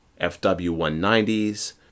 FW-190s